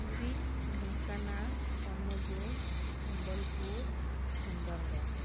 Puri Dhenkanal Angul Sambalpur Sundargarh